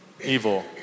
evil